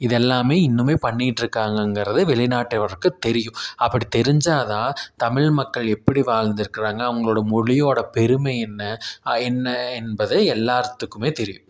இதெல்லாமே இன்னுமே பண்ணிட்டு இருக்காங்கங்கிறது வெளிநாட்டவருக்குத் தெரியும் அப்படி தெரிஞ்சா தான் தமிழ் மக்கள் எப்படி வாழ்ந்துருக்குறாங்க அவங்களோட மொழியோட பெருமை என்ன என்ன என்பதை எல்லார்த்துக்குமே தெரியும்